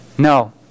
No